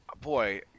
Boy